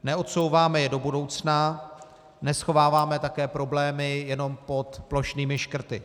Neodsouváme je do budoucna, neschováváme také problémy jenom pod plošnými škrty.